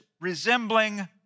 resembling